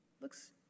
Looks